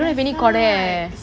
that's why